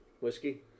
Whiskey